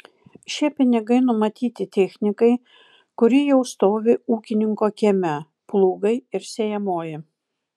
šie pinigai numatyti technikai kuri jau stovi ūkininko kieme plūgai ir sėjamoji